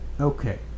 okay